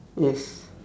yes